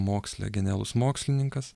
moksle genialus mokslininkas